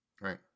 Right